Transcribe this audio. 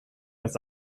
dass